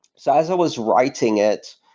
so as i was writing it,